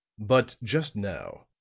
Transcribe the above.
but, just now,